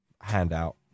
handout